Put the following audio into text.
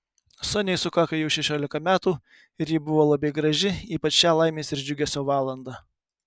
soniai sukako jau šešiolika metų ir ji buvo labai graži ypač šią laimės ir džiugesio valandą